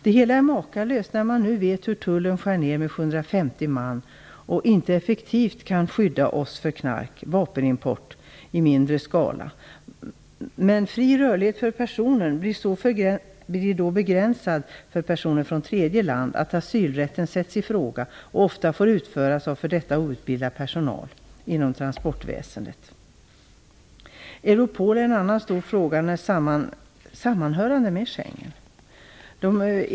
Det hela är makalöst när man nu vet att Tullen skär ned med 750 man och att det inte effektivt kan skydda oss mot knark och vapenimport i mindre skala. Den fria rörligheten för personer blir då så begränsad för personer från tredje land att asylrätten sätts i fråga och ofta får utföras av för detta outbildad personal inom transportväsendet. Frågan om Europol är också stor och hör samman med Schengenavtalet.